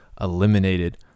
eliminated